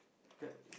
card